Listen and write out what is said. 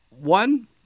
one